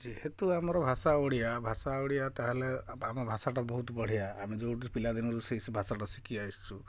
ଯେହେତୁ ଆମର ଭାଷା ଓଡ଼ିଆ ଭାଷା ଓଡ଼ିଆ ତାହେଲେ ଆମ ଭାଷାଟା ବହୁତ ବଢ଼ିଆ ଆମେ ଯେଉଁଠି ପିଲାଦିନରୁ ସେଇ ଭାଷାଟା ଶିଖି ଆସିଛୁ